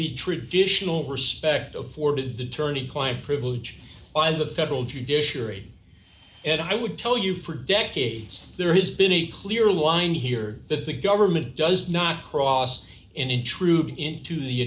the traditional respect of ford the attorney client privilege by the federal judiciary and i would tell you for decades there has been a clear line here that the government does not cross intrude into the